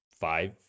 five